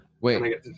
Wait